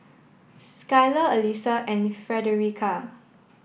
Skyler Alysa and Fredericka